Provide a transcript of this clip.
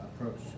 approach